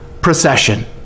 procession